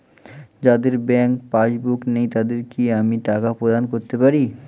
যাদের bank passbook নেই তাদের কি আমি টাকা প্রদান করতে পারি?